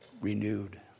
renewed